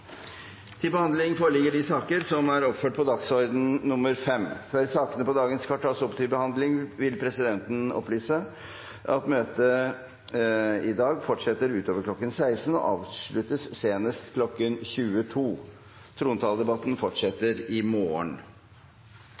til behandling, vil presidenten opplyse at møtet i dag fortsetter utover kl. 16 og avsluttes senest kl. 22. Trontaledebatten fortsetter i morgen.